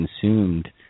consumed